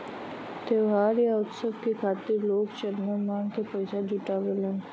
त्योहार या उत्सव के खातिर लोग चंदा मांग के पइसा जुटावलन